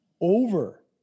over